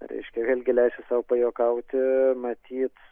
reiškia vėlgi leisiu sau pajuokauti matyt